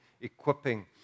equipping